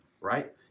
right